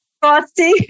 Frosty